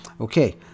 Okay